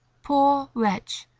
poor wretch!